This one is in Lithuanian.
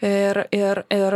ir ir ir